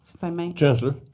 if i may? chancellor.